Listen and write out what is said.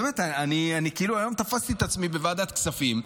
באמת, אני כאילו היום תפסתי את עצמי בוועדת כספים,